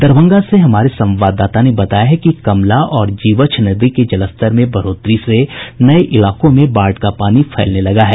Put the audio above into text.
दरभंगा से हमारे संवाददाता ने बताया है कि कमला और जीवछ नदी के जलस्तर में बढ़ोतरी से नये इलाकों में बाढ़ का पानी फैलने लगा है